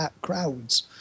crowds